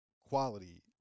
quality